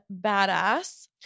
badass